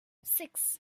six